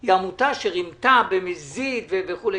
היא עמותה שרימתה במזיד וכו'